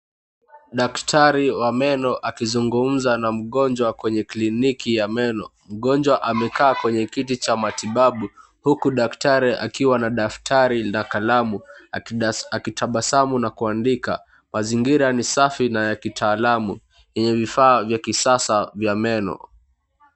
Daktari wa meno akizungumza na mgonjwa kwenye kliniki ya meno. Mgonjwa amekaa kwenye kiti cha matibabu huku daktari akiwa na daftari na kalamu akitabasamu na kuandika. Mazingira ni safi na ya kitaalamu yenye vifaa vya kisasa vya meno.